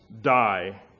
die